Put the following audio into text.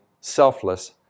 selfless